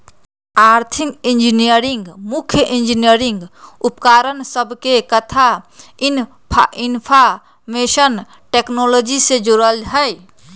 आर्थिक इंजीनियरिंग मुख्य इंजीनियरिंग उपकरण सभके कथा इनफार्मेशन टेक्नोलॉजी से जोड़ल हइ